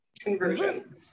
conversion